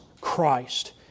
Christ